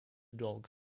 dog